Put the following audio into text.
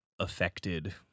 affected